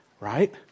Right